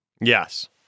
yes